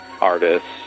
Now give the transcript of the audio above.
artists